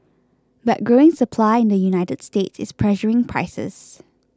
but growing supply in the United States is pressuring prices